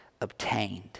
obtained